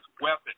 weapon